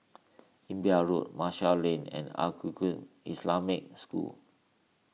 Imbiah Road Marshall Lane and Al Islamic School